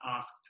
asked